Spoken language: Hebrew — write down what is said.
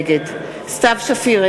נגד סתיו שפיר,